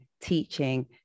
teaching